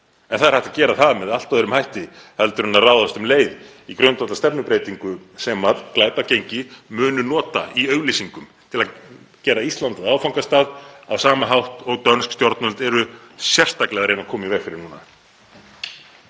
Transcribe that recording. en það er hægt að gera það með allt öðrum hætti en að ráðast um leið í grundvallarstefnubreytingu sem glæpagengi munu nota í auglýsingum til að gera Ísland að áfangastað á sama hátt og dönsk stjórnvöld eru sérstaklega að reyna að koma í veg fyrir núna.